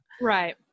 Right